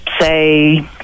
say